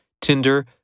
Tinder